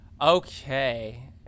Okay